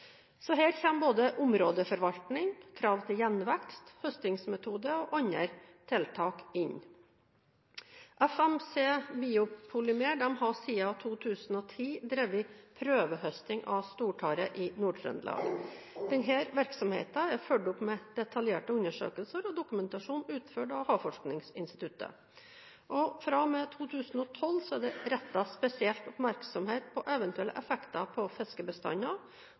Her kommer både områdeforvaltning, krav til gjenvekst, høstingsmetoder og andre tiltak inn. FMC BioPolymer har siden 2010 drevet prøvehøsting av stortare i Nord-Trøndelag. Denne virksomheten er fulgt opp med detaljerte undersøkelser og dokumentasjon utført av Havforskningsinstituttet. Fra og med 2012 er det rettet spesiell oppmerksomhet mot eventuelle effekter på fiskebestander,